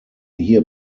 hier